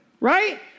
right